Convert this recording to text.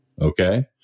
okay